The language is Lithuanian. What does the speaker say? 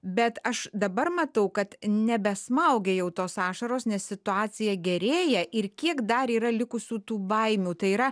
bet aš dabar matau kad nebesmaugia jau tos ašaros nes situacija gerėja ir kiek dar yra likusių tų baimių tai yra